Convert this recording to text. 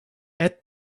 add